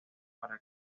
para